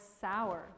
sour